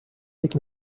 pick